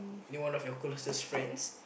name on of your closest friends